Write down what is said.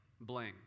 bling